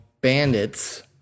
Bandits